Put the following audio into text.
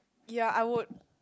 ya I would